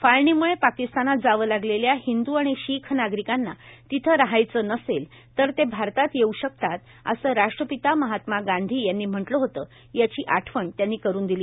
फाळणीम्ळे पाकिस्तानात जावं लागलेल्या हिंदू आणि शीख नागरिकांना तिथं राहायचं नसेल तर ते भारतात येऊ शकतात असं राष्ट्रपिता महात्मा गांधी यांनी म्हटलं होतं याची आठवण त्यांनी करुन दिली